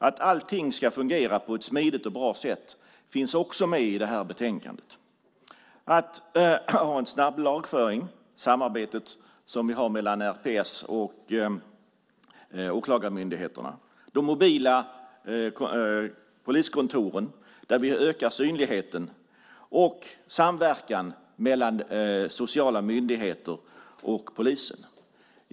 Att allting ska fungera på ett smidigt och bra sätt finns också med i betänkandet: att ha en snabb lagföring, samarbetet som vi har mellan RPS och åklagarmyndigheterna, de mobila poliskontoren, där vi ökar synligheten, och samverkan mellan sociala myndigheter och polisen.